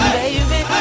baby